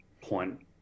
point